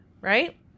right